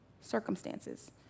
circumstances